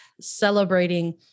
celebrating